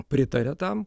pritaria tam